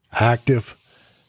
active